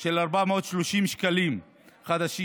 של 430 שקלים חדשים.